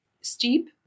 steep